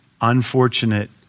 unfortunate